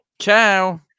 Ciao